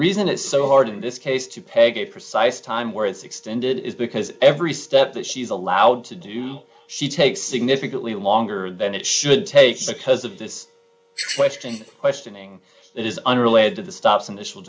reason it's so hard in this case to peg a precise time where it's extended is because every step that she's allowed to do she takes significantly longer than it should takes a cuz of this question questioning it is unrelated to the stops initial